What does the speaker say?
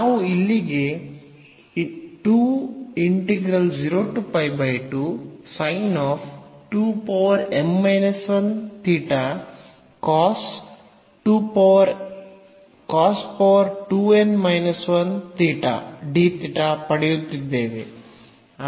ನಾವು ಇಲ್ಲಿಗೆ ಪಡೆಯುತ್ತಿದ್ದೇವೆ